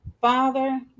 Father